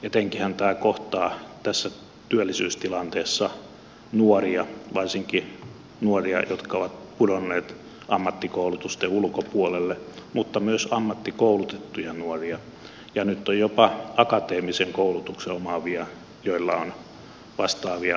etenkinhän tämä kohtaa tässä työllisyystilanteessa nuoria varsinkin nuoria jotka ovat pudonneet ammattikoulutusten ulkopuolelle mutta myös ammattikoulutettuja nuoria ja nyt on jopa akateemisen koulutuksen omaavia joilla on vastaavia nollatyösopimuksia